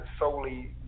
solely